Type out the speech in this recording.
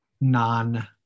non